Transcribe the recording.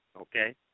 okay